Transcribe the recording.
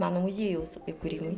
meno muziejaus įkūrimui